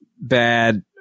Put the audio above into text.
bad